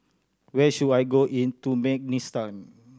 where should I go in Turkmenistan